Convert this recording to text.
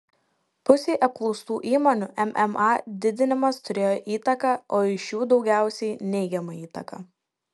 pusei apklaustų įmonių mma didinimas turėjo įtaką o iš jų daugiausiai neigiamą įtaką